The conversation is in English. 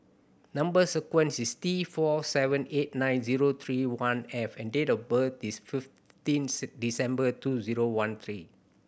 number sequence is T four seven eight nine zero three one F and date of birth is fifteenth December two zero one three